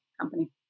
company